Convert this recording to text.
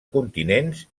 continents